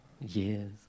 Years